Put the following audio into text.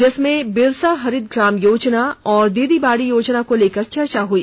इसमें बिरसा हरित ग्राम योजना एवं दीदी बाड़ी योजना को लेकर चर्चा हुई